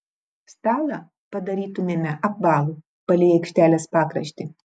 stalą padarytumėme apvalų palei aikštelės pakraštį